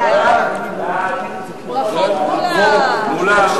ברכות, מולה.